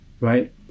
right